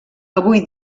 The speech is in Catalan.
avui